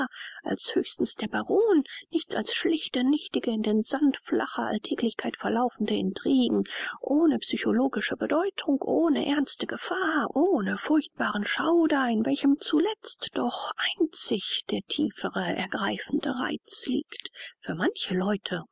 als höchstens der baron nichts als schlichte nichtige in den sand flacher alltäglichkeit verlaufende intriguen ohne psychologische bedeutung ohne ernste gefahr ohne furchtbaren schauder in welchem zuletzt doch einzig der tiefere ergreifende reiz liegt für manche leute